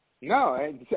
No